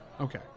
Okay